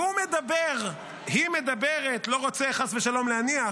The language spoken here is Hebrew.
והוא מדבר, היא מדברת, לא רוצה חס ושלום להניח,